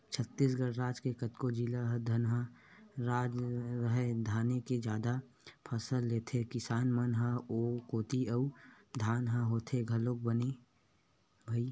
छत्तीसगढ़ राज के कतको जिला ह धनहा राज हरय धाने के जादा फसल लेथे किसान मन ह ओ कोती अउ धान ह होथे घलोक बने भई